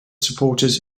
supporters